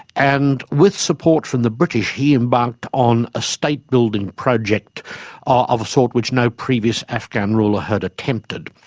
and with support from the british he embarked on a state-building project of a sort which no previous afghan ruler had attempted.